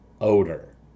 odor